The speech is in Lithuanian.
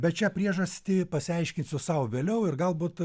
bet šią priežastį pasiaiškinsiu sau vėliau ir galbūt